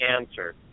answer